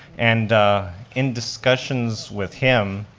and in discussions with him,